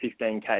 15K